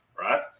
right